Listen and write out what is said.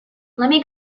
lemme